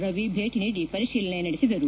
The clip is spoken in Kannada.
ರವಿ ಭೇಟಿ ನೀಡಿ ಪರಿಶೀಲನೆ ಇಂದು ನಡೆಸಿದರು